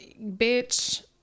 Bitch